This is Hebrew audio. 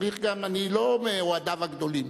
אני לא מאוהדיו הגדולים,